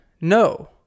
no